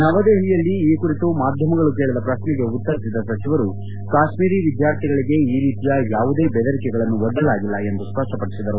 ನವದೆಪಲಿಯಲ್ಲಿ ಈ ಕುರಿತು ಮಾಧ್ಯಮಗಳು ಕೇಳಿದ ಪ್ರಶ್ನೆಗೆ ಉತ್ತರಿಸಿದ ಸಚಿವರು ಕಾಶ್ಮೀರಿ ವಿದ್ಯಾರ್ಥಿಗಳಿಗೆ ಈ ರೀತಿಯ ಯಾವುದೇ ಬೆದರಿಕೆಗಳನ್ನು ಒಡ್ಡಲಾಗಿಲ್ಲ ಎಂದು ಸ್ಪಷ್ಟಪಡಿಸಿದರು